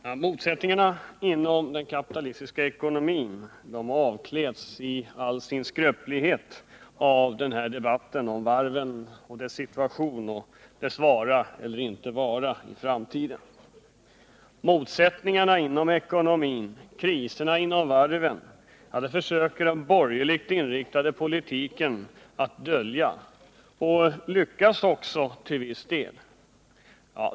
Herr talman! Motsättningarna inom den kapitalistiska ekonomin visas nu i all sin skröplighet genom den här debatten om varven, dess situation och dess vara eller inte vara i framtiden. Dessa motsättningar inom ekonomin och kriserna inom varven försöker de borgerligt inriktade politikerna att dölja. De lyckas också till viss del.